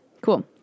cool